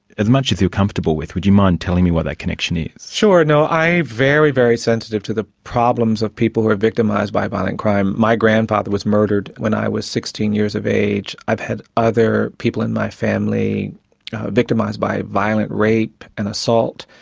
as much as you're comfortable with, would you mind telling me what that connection is? sure, no, i'm very, very sensitive to the problems of people who are victimised by violent crime. my grandfather was murdered when i was sixteen years of age. i've had other people in my family victimised by violent rape and assault.